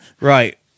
Right